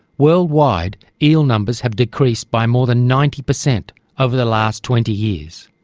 worldwide, eel numbers have decreased by more than ninety percent over the last twenty years.